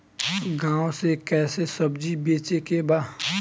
गांव से कैसे सब्जी बेचे के बा?